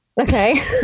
Okay